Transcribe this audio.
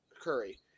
Curry